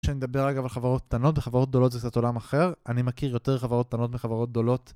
כשאני מדבר אגב על חברות קטנות וחברות גדולות זה קצת עולם אחר, אני מכיר יותר חברות קטנות מחברות גדולות